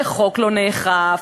שחוק לא נאכף,